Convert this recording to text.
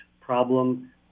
problem